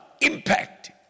impact